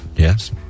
Yes